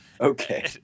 Okay